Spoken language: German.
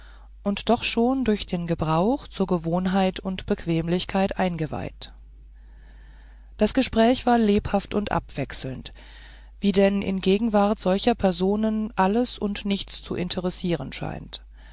und doch schon durch den gebrauch zur gewohnheit und bequemlichkeit eingeweiht das gespräch war lebhaft und abwechselnd wie denn in gegenwart solcher personen alles und nichts zu interessieren scheint